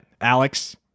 Alex